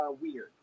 weird